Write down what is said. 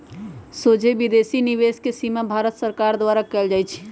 सोझे विदेशी निवेश के सीमा भारत सरकार द्वारा कएल जाइ छइ